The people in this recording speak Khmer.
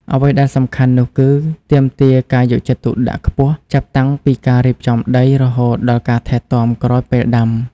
អ្វីដែលសំខាន់នោះគឺ ទាមទារការយកចិត្តទុកដាក់ខ្ពស់ ចាប់តាំងពីការរៀបចំដី រហូតដល់ការថែទាំក្រោយពេលដាំ។